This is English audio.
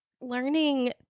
learning